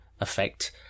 effect